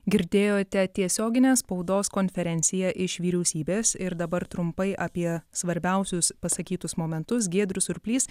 girdėjote tiesioginę spaudos konferenciją iš vyriausybės ir dabar trumpai apie svarbiausius pasakytus momentus giedrius surplys